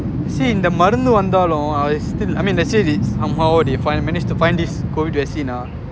you see இந்த மருந்து வந்தாலும்:intha marunthu vanthaalum it's still I mean let's say they somehow they find managed to find this C_O_V_I_D vaccine ah